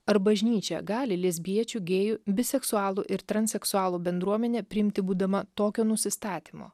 ar bažnyčia gali lesbiečių gėjų biseksualų ir transseksualų bendruomenę priimti būdama tokio nusistatymo